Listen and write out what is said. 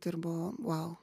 tai ir buvo vau